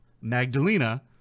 Magdalena